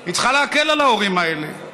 היא צריכה להקל על ההורים האלה.